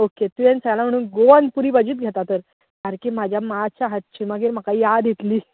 okay तुवें सांगलां म्हुणून गोवन पुरी भाजीत घेता तर सारकी म्हज्या माच्या हातची मागीर म्हाका याद येतली